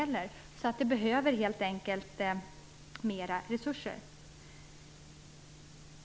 Det behövs helt enkelt mera resurser.